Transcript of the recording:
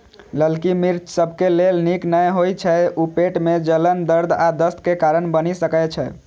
ललकी मिर्च सबके लेल नीक नै होइ छै, ऊ पेट मे जलन, दर्द आ दस्त के कारण बनि सकै छै